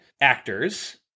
actors